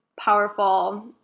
powerful